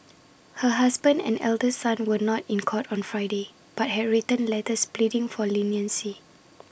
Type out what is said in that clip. her husband and elder son were not in court on Friday but had written letters pleading for leniency